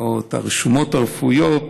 או את הרשומות הרפואיות